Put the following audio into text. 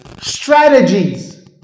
strategies